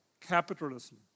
capitalism